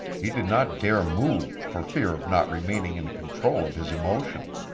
he did not dare move for fear of not remaining in control of his emotion.